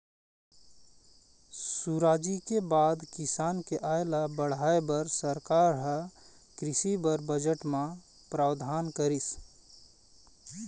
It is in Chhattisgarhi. सुराजी के बाद किसान के आय ल बढ़ाय बर सरकार ह कृषि बर बजट म प्रावधान करिस